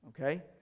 okay